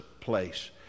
place